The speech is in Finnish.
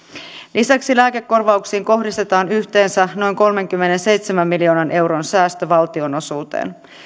lisäksi lääkekorvauksiin kohdistetaan yhteensä noin kolmenkymmenenseitsemän miljoonan euron säästö valtionosuuteen